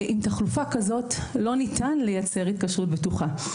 עם תחלופה כזו לא ניתן לייצר התקשרות בטוחה.